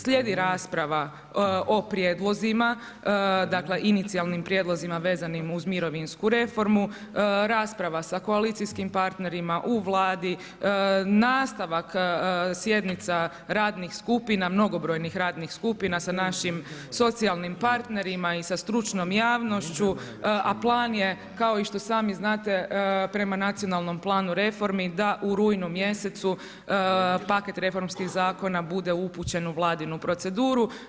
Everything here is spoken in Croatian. Slijedi rasprava o prijedlozima, dakle inicijalnim prijedlozima vezanim uz mirovinsku reformu, rasprava sa koalicijskim partnerima u Vladi, nastavak sjednica radnih skupina, mnogobrojnih radnih skupina sa našim socijalnim partnerima i sa stručnom javnošću, a plan je kao i što sami znate, prema nacionalnom planu reformi da u rujnu mjesecu paket reformskih zakona bude upućen u vladinu proceduru.